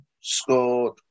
scored